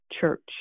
church